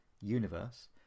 universe